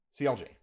CLJ